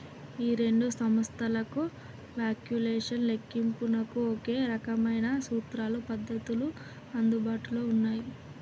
ఈ రెండు సంస్థలకు వాల్యుయేషన్ లెక్కింపునకు ఒకే రకమైన సూత్రాలు పద్ధతులు అందుబాటులో ఉన్నాయి